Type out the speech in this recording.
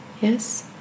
Yes